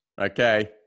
Okay